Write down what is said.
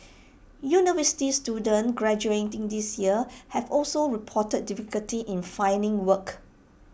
university students graduating this year have also reported difficulty in finding work